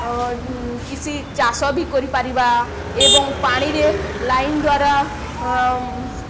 କିଛି ଚାଷ ବି କରିପାରିବା ଏବଂ ପାଣିରେ ଲାଇନ୍ ଦ୍ୱାରା